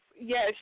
yes